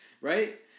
right